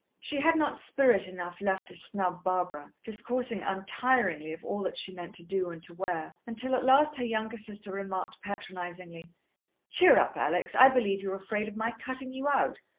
she had not spirit enough left to snub barbara, discoursing untiringly of all that she meant to do and to wear, until at last her younger sister remarked patronizingly cheer up, alex. i believe you're afraid of my cutting you out.